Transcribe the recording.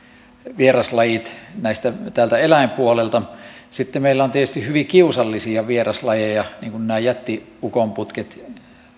vieraslajit täältä eläinpuolelta sitten meillä on tietysti hyvin kiusallisia vieraslajeja niin kuin nämä jätti ukonputket